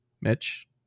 Mitch